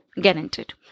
guaranteed